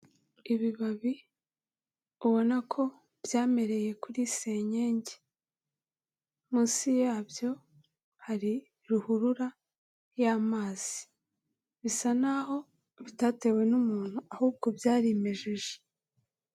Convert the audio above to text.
Ibibabi ubona ko byamereye kuri senyenge. Munsi yabyo hari ruhurura y'amazi. Bisa naho bitatewe n'umuntu ahubwo byarimejeje.